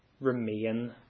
remain